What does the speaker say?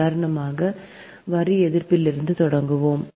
உதாரணமாக வரி எதிர்ப்பிலிருந்து தொடங்குவோம்